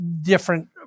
different